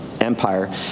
empire